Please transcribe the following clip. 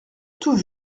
tout